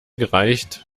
gereicht